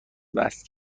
وصل